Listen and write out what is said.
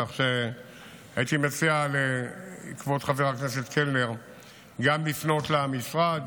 כך שהייתי מציע לכבוד חבר הכנסת קלנר לפנות גם למשרד.